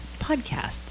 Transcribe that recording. podcasts